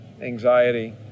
anxiety